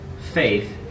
faith